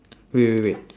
wait wait wait